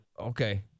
Okay